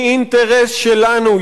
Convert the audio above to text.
היא אינטרס שלנו,